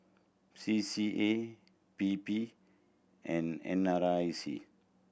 C C A P P and N R I C